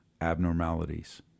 abnormalities